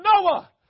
Noah